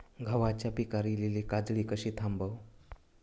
गव्हाच्या पिकार इलीली काजळी कशी थांबव?